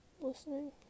listening